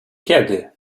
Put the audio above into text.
kiedy